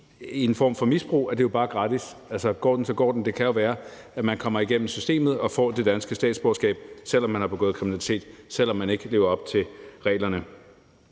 jo en form for misbrug, fordi det bare er gratis, for går den, så går den, og det kan jo være, at man kommer igennem systemet og får det danske statsborgerskab, selv om man har begået kriminalitet, og selv om man ikke lever op til reglerne.